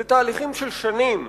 אלה תהליכים של שנים,